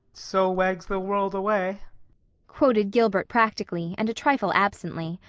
so wags the world away quoted gilbert practically, and a trifle absently.